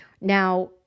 Now